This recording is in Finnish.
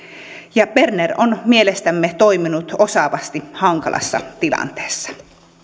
ja berner on mielestämme toiminut osaavasti hankalassa tilanteessa